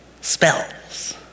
spells